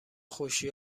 خوشی